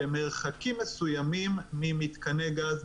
במרחקים מסוימים ממיתקני גז,